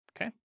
okay